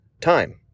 time